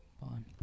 Fine